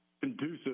conducive